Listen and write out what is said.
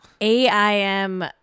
AIM